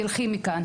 תלכי מכאן.